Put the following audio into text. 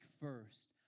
first